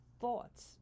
thoughts